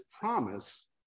promise